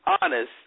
honest